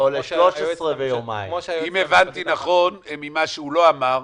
כמו שהיועצת המשפטית אמרה --- אם הבנתי נכון ממה שהוא לא אמר,